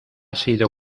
sido